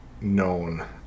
known